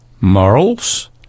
morals